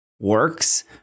Works